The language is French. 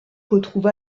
retrouve